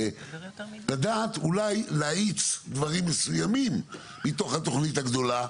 לדעת אותי להאיץ דברים מסוימים מתוך התוכנית הגדולה.